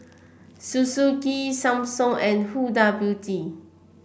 Suzuki Samsung and Huda Beauty